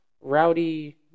rowdy